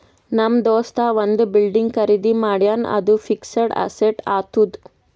ನಮ್ ದೋಸ್ತ ಒಂದ್ ಬಿಲ್ಡಿಂಗ್ ಖರ್ದಿ ಮಾಡ್ಯಾನ್ ಅದು ಫಿಕ್ಸಡ್ ಅಸೆಟ್ ಆತ್ತುದ್